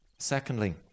Secondly